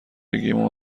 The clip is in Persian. گیمو